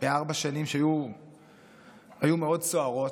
בארבע שנים שהיו מאוד סוערות,